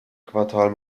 quartal